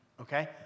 okay